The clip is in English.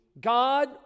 God